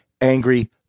angry